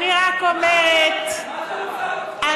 אני רק אומרת, מה זה, ?